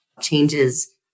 changes